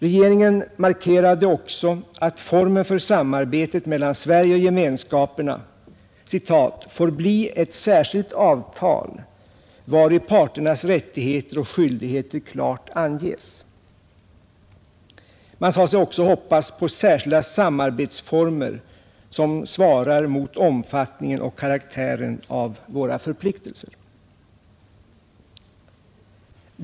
Regeringen markerade också att formen för samarbetet mellan Sverige och Gemenskaperna »får bli ett särskilt avtal, vari parternas rättigheter och skyldigheter klart anges». Man sade sig också hoppas »på särskilda samarbetsformer som svarar mot omfattningen och karaktären av våra förpliktelser».